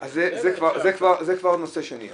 ש --- זה כבר נושא שני.